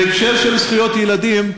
בהקשר של זכויות ילדים,